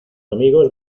amigos